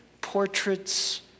portraits